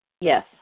Yes